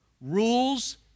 rules